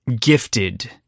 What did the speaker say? gifted